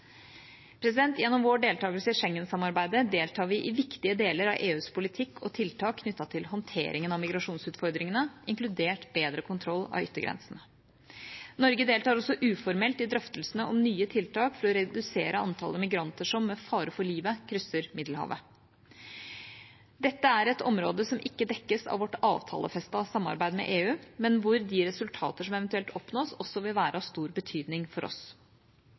Gjennom vår deltakelse i Schengen-samarbeidet deltar vi i viktige deler av EUs politikk og tiltak knyttet til håndteringen av migrasjonsutfordringene, inkludert bedre kontroll av yttergrensene. Norge deltar også uformelt i drøftelsene om nye tiltak for å redusere antallet migranter som med fare for livet krysser Middelhavet. Dette er et område som ikke dekkes av vårt avtalefestede samarbeid med EU, men hvor de resultater som eventuelt oppnås, også vil være av stor betydning for oss.